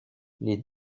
les